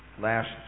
Last